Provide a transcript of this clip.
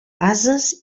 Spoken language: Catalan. ases